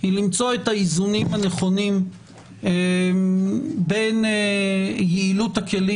היא למצוא את האיזונים הנכונים בין יעילות הכלים